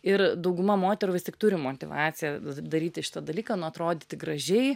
ir dauguma moterų vis tik turi motyvaciją daryti šitą dalyką nu atrodyti gražiai